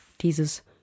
dieses